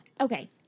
Okay